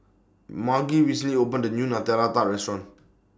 Margy recently opened New Nutella Tart Restaurant